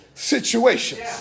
situations